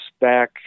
back